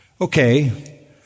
Okay